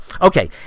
Okay